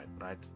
right